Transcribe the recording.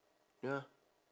ya